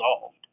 solved